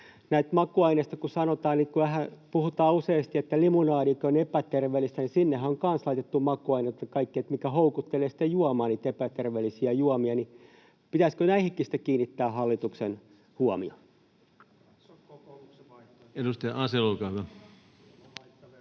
Näistä makuaineista kun puhutaan, niin sanotaanhan useasti, että limonadit ovat epäterveellisiä — niin sinnehän on kanssa laitettu makuaineita ja kaikkea, mikä houkuttelee juomaan niitä epäterveellisiä juomia. Pitäisikö näihinkin sitten kiinnittää hallituksen huomio? [Ben Zyskowicz: